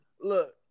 look